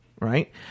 right